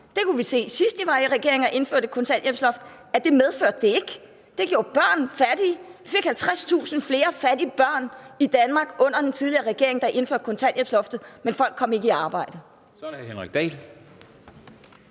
fra dem. Sidst I var i regering og indførte et kontanthjælpsloft, kunne vi se, at det ikke var det, det medførte. Det gjorde børn fattige. Vi fik 50.000 flere fattige børn i Danmark under den tidligere regering, der indførte kontanthjælpsloftet, men folk kom ikke i arbejde. Kl. 17:40 Første